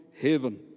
heaven